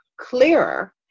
clearer